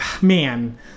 man